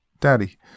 Daddy